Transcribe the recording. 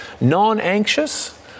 non-anxious